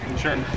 Sure